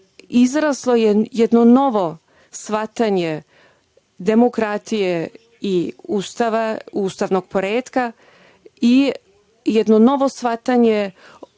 izraslo je jedno novo shvatanje demokratije i Ustava i ustavnog poretka i jedno novo shvatanje